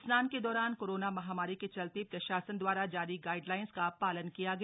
स्नान के दौरान कोरोना महामारी के चलते प्रशासन दवारा जारी गाइडलाइंस का पालन किया गया